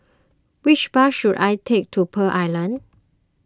which bus should I take to Pearl Island